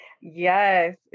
Yes